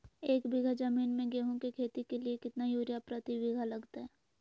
एक बिघा जमीन में गेहूं के खेती के लिए कितना यूरिया प्रति बीघा लगतय?